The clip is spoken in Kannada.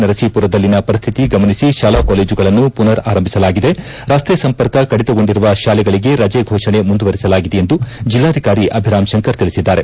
ನರಸಿಪುರದಲ್ಲಿನ ಪರಿಸ್ಹಿತಿ ಗಮನಿಸಿ ಶಾಲಾ ಕಾಲೇಜುಗಳನ್ನು ಪುನರ್ ಆರಂಭಸಲಾಗಿದೆ ರಸ್ತೆ ಸಂಪರ್ಕ ಕಡಿತಗೊಂಡಿರುವ ಶಾಲೆಗಳಗೆ ರಜೆ ಫೋಷಣೆ ಮುಂದುವರಿಸಲಾಗಿದೆ ಎಂದು ಜಿಲ್ಲಾಧಿಕಾರಿ ಅಭಿರಾಂ ಶಂಕರ್ ತಿಳಿಸಿದ್ದಾರೆ